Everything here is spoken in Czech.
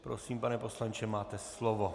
Prosím, pane poslanče, máte slovo.